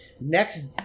Next